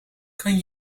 kan